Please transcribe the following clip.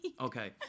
Okay